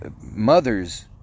mothers